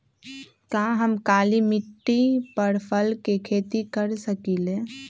का हम काली मिट्टी पर फल के खेती कर सकिले?